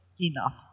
enough